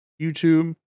YouTube